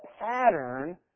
pattern